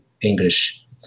English